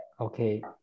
Okay